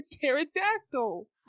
pterodactyl